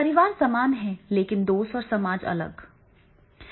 परिवार समान है लेकिन दोस्त और समाज अलग हैं